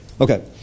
okay